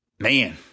Man